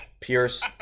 Pierce